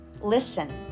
Listen